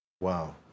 Wow